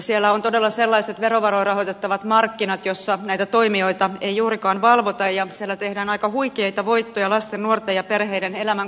siellä on todella sellaiset verorahoin rahoitettavat markkinat joilla näitä toimijoita ei juurikaan valvota ja siellä tehdään aika huikeita voittoja lasten nuorten ja perheiden elämän kustannuksella